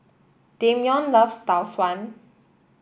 Dameon loves Tau Suan